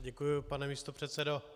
Děkuji, pane místopředsedo.